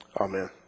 Amen